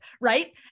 right